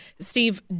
Steve